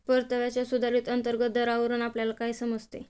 परताव्याच्या सुधारित अंतर्गत दरावरून आपल्याला काय समजते?